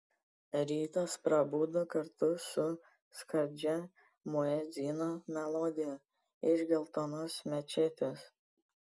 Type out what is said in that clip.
rytas prabudo kartu su skardžia muedzino melodija iš geltonos mečetės